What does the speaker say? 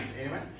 amen